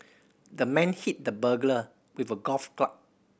the man hit the burglar with a golf club